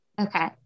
okay